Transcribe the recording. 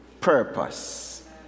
purpose